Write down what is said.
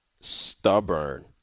Stubborn